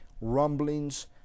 rumblings